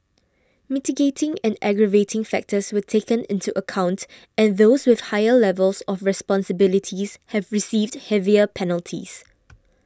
mitigating and aggravating factors were taken into account and those with higher level of responsibilities have received heavier penalties